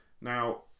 now